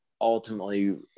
ultimately